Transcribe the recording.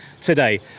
today